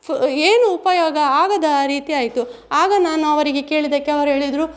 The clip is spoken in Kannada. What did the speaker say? ಪು ಏನು ಉಪಯೋಗ ಆಗದ ರೀತಿ ಆಯಿತು ಆಗ ನಾನು ಅವರಿಗೆ ಕೇಳಿದ್ದಕ್ಕೆ ಅವರೇಳಿದರು